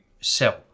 sell